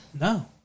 No